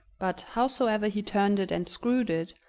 but, howsoever he turned it and screwed it,